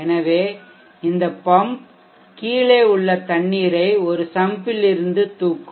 எனவே இந்த பம்ப் கீழே உள்ள தண்ணீரை ஒரு சம்பில் இருந்து தூக்கும்